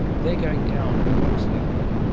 they're going down enormously, aren't they.